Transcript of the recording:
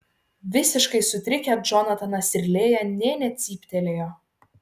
visiškai sutrikę džonatanas ir lėja nė necyptelėjo